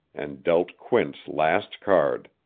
and dealt quint's last card.